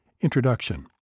Introduction